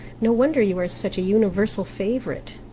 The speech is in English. no wonder you are such a universal favourite.